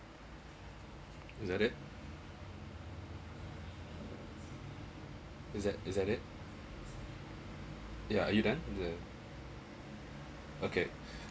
is that it is at is at it yeah are you done the okay